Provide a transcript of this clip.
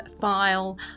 file